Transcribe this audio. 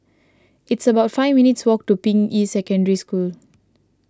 it's about five minutes' walk to Ping Yi Secondary School